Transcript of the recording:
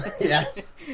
Yes